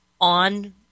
on